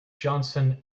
johnson